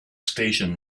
station